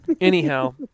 anyhow